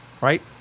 right